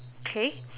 okay